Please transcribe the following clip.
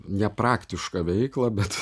nepraktišką veiklą bet